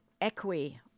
Equi